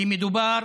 כי מדובר